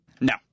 No